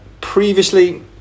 Previously